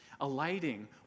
Alighting